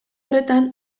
horretan